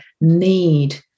need